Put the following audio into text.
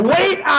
Wait